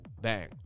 Bang